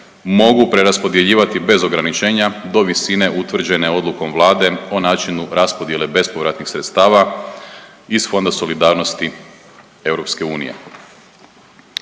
mogu preraspodjeljivati bez ograničenja do visine utvrđene odlukom Vlade o načinu raspodjele bespovratnih sredstava iz Fonda solidarnosti EU.